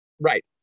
Right